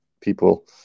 people